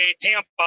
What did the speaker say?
tampa